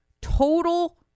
total